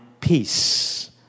peace